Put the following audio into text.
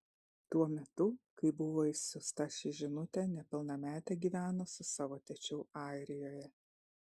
tuo metu kai buvo išsiųsta ši žinutė nepilnametė gyveno su savo tėčiu airijoje